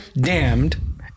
damned